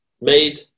made